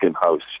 House